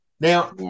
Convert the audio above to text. Now